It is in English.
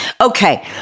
Okay